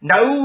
No